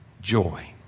Joy